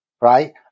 right